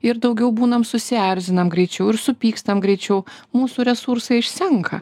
ir daugiau būnam susierzinam greičiau ir supykstam greičiau mūsų resursai išsenka